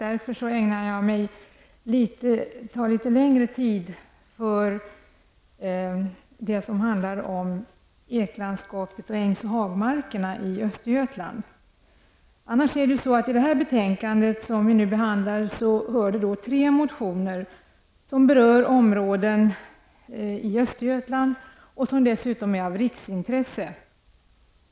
Därför kan jag ägna litet mer tid åt det som handlar om eklandskapet och ängs och hagmarkerna i I det aktuella betänkandet behandlas tre motioner som berör områden i Östergötland som dessutom är av riksintresse.